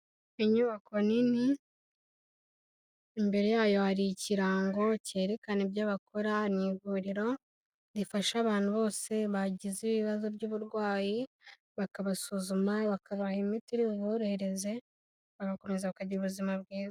Inyubako nini, imbere yayo hari ikirango cyerekana ibyo bakora n'ivuriro rifasha abantu bose bagize ibibazo by'uburwayi, bakabasuzuma, bakabaha imiti iri buborohereze bagakomeza bakagira ubuzima bwiza.